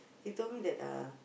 he told me that uh